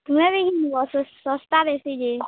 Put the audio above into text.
ତୁମେ ବି ଘିନ୍ବ ଶସ୍ତା ବେଶି ଯେ